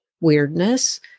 weirdness